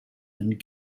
and